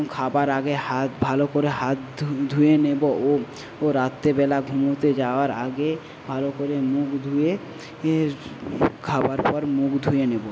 খাবার আগে হাত ভালো করে হাত ধু ধুয়ে নেবো ও ও রাত্রে বেলা ঘুমোতে যাওয়ার আগে ভালো করে মুখ ধুয়ে খাবার পর মুখ ধুয়ে নেবো